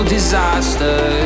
Disaster